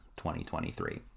2023